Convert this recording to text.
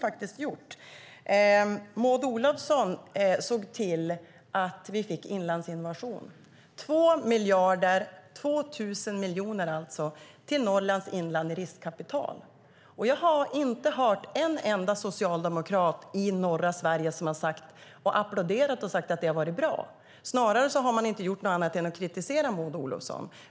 Maud Olofsson såg till att vi fick Inlandsinnovation, och det innebar 2 miljarder, alltså 2 000 miljoner, till Norrlands inland i riskkapital. Jag har inte hört en enda socialdemokrat i norra Sverige som har applåderat och sagt att det har varit bra. Snarare har man inte gjort något annat än att kritisera Maud Olofsson.